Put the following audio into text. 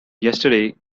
yesterday